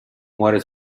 muore